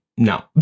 No